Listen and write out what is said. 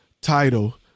title